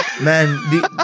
Man